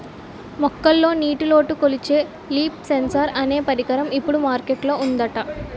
మొక్కల్లో నీటిలోటు కొలిచే లీఫ్ సెన్సార్ అనే పరికరం ఇప్పుడు మార్కెట్ లో ఉందట